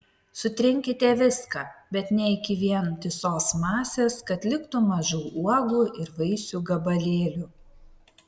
sutrinkite viską bet ne iki vientisos masės kad liktų mažų uogų ir vaisių gabalėlių